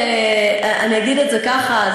אגיד את זה ככה,